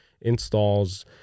installs